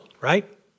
Right